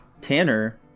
Tanner